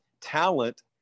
Talent